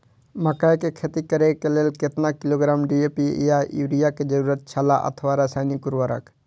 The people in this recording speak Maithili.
मकैय के खेती करे के लेल केतना किलोग्राम डी.ए.पी या युरिया के जरूरत छला अथवा रसायनिक उर्वरक?